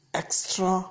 extra